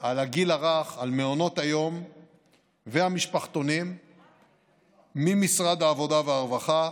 לגיל הרך ומעונות היום והמשפחתונים ממשרד העבודה והרווחה